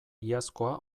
iazkoa